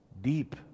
deep